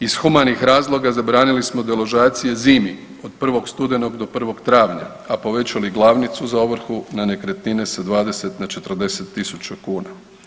Iz humanih razloga zabranili smo deložacije zimi od 1. studenog do 1. travnja, a povećali glavnicu za ovrhu na nekretnine sa 20 na 40.000 kuna.